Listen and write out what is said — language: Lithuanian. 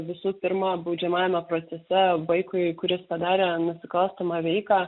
visų pirma baudžiamajame procese vaikui kuris padarė nusikalstamą veiką